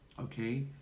okay